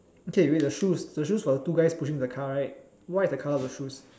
okay wait the shoes the shoes for the two guys pushing the car right what is the colour of the shoes